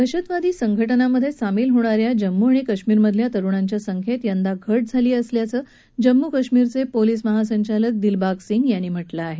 दहशतवादी संघ जिांमध्ये सामील होणाऱ्या जम्मू आणि काश्मीरमधल्या तरुणांच्या संख्येत यावर्षी घ ि झाली असल्याचं जम्मू आणि काश्मीरचे पोलीस महासंचालक दिलबाग सिंग यांनी म्हाकें आहे